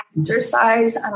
exercise